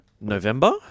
November